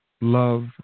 love